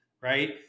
Right